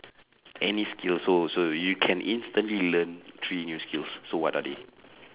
any skills so so you can instantly learn three new skills so what are they